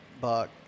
buck